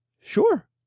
sure